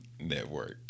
Network